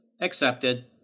accepted